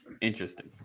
Interesting